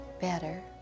better